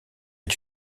est